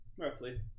roughly